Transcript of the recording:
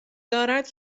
دارد